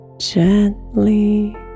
Gently